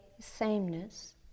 sameness